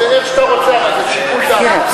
אז זה איך שאתה רוצה, לשיקול דעתך.